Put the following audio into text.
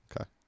Okay